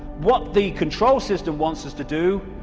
what the control system wants us to do,